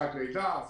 חופשת לידה.